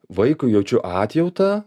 vaikui jaučiu atjautą